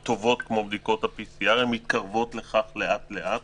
כמו בדיקות PCR. הן מתקרבות לכך לאט לאט